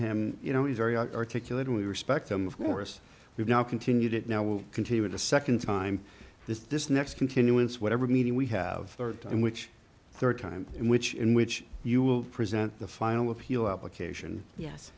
him you know he's very articulate and we respect him of course we've now continued it now we'll continue it a second time this this next continuance whatever meeting we have third time which third time in which in which you will present the final appeal application yes